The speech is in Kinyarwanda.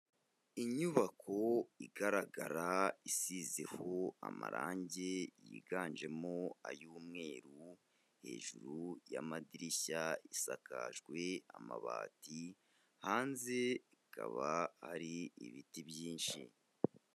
Inyubako igaragara isizeho amarangi yiganjemo ay'umweru, hejuru y'amadirishya isakajwe amabati, hanze hakaba hari ibiti byinshi.